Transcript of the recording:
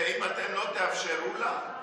אם אתם לא תאפשרו לה,